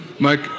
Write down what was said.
Mike